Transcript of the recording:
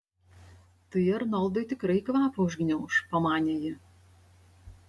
tai arnoldui tikrai kvapą užgniauš pamanė ji